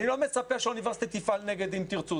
אני לא מצפה שהאוניברסיטה תפעל נגד "אם תרצו",